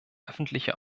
öffentliche